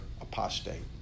apostate